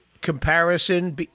comparison